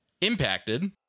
impacted